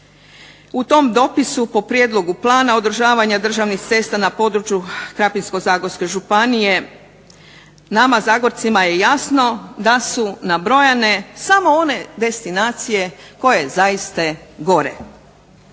u tom dopisu po prijedlogu plana održavanja državnih cesta na području Krapinsko-zagorske županije nama zagorcima je jasno da su nabrojane samo one destinacije koje zaista gore.